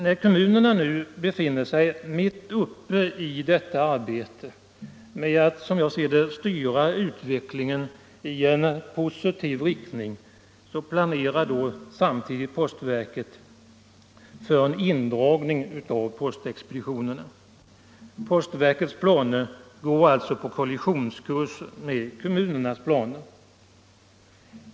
När kommunerna nu är mitt uppe i arbetet med att, som jag ser det, styra utvecklingen i en positiv riktning, planerar postverket för indragning av postexpeditionerna. Postverkets planer går alltså på kollisionskurs gentemot kommunernas planer.